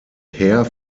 herr